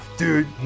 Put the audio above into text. Dude